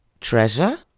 treasure